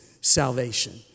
salvation